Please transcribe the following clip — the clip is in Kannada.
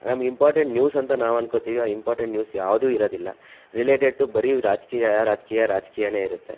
ನಮಗೆ ಇಂಪಾರ್ಟೆಂಟ್ ನ್ಯೂಸ್ ಅಂತ ನಾವು ಅಂದ್ಕೋತೀವಿ ಆ ಇಂಪಾರ್ಟೆಂಟ್ ನ್ಯೂಸ್ ಯಾವುದೂ ಇರೋದಿಲ್ಲ ರಿಲೆಟೆಡ್ ಟು ಬರೀ ರಾಜಕೀಯ ರಾಜಕೀಯ ರಾಜಕೀಯವೇ ಇರುತ್ತೆ